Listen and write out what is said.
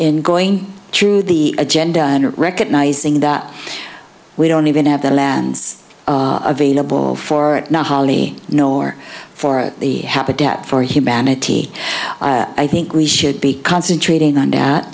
in going through the agenda and recognizing that we don't even have the lands available for it now holly nor for the habitat for humanity i think we should be concentrating on that